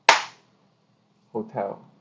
hotel